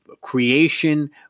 creation